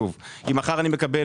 שוב, אם מחר אני מקבל.